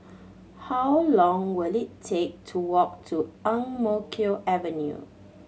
how long will it take to walk to Ang Mo Kio Avenue